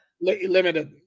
limited